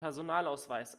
personalausweis